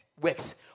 works